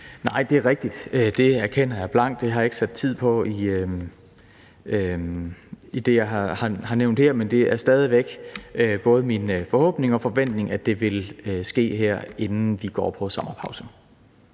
Nej, det er rigtigt, det erkender jeg blankt. Det har jeg ikke sat en tid på i det, jeg har nævnt her, men det er stadig væk både min forhåbning og forventning, at en første drøftelse vil finde sted her, inden vi går på sommerpause.